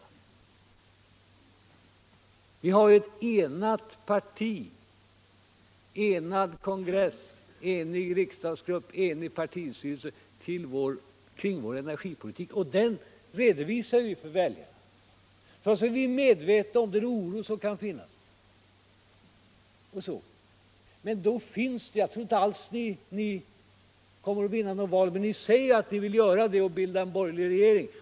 Vi socialdemokrater har ett enat parti, en enad kongress, en enig riksdagsgrupp och en enig partistyrelse kring vår energipolitik, och den re dovisar vi för väljarna — trots att vi är medvetna om den oro som kan finnas. Jag tror inte alls att ni kommer att vinna något val, men ni säger att ni vill göra det och bilda en borgerlig regering.